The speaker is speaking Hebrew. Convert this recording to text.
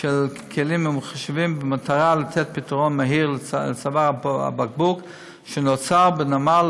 של כלים ממוחשבים במטרה לתת פתרון מהיר לצוואר הבקבוק שנוצר בנמל